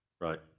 Right